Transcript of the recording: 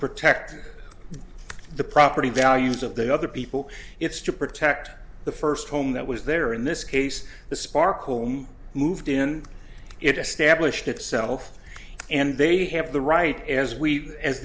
protect the property values of the other people it's to protect the first home that was there in this case the sparkle moved in it established itself and they have the right as we as